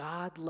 God